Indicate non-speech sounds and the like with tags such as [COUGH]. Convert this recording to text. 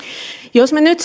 jos me nyt [UNINTELLIGIBLE]